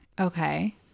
okay